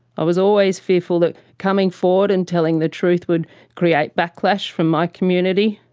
i was always fearful that coming forward and telling the truth would create backlash from my community,